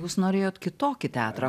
jūs norėjot kitokį teatrą